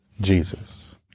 Jesus